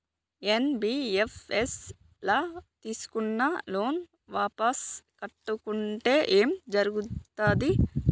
NBFS ల తీస్కున్న loan వాపస్ కట్టకుంటే ఏం జర్గుతది?